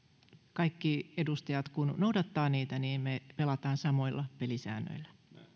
kaikki edustajat noudattavat niitä niin me pelaamme samoilla pelisäännöillä